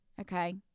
okay